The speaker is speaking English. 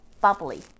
bubbly